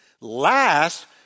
last